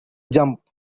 jump